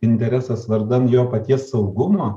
interesas vardan jo paties saugumo